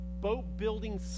boat-building